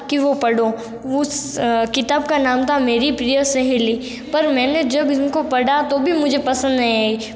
कि वो पढ़ो उस किताब का नाम था मेरी प्रिय सहेली पर मैंने जब इनको पढ़ा तो भी मुझे पसंद नहीं आई